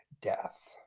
death